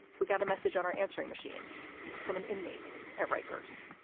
we got a message on our answering machine from an inmate at rikers